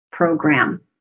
Program